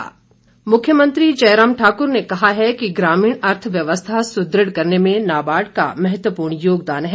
मुख्यमंत्री मुख्यमंत्री जयराम ठाकुर ने कहा है कि ग्रामीण अर्थव्यवस्था सुदृढ़ करने में नाबार्ड का महत्वपूर्ण योगदान है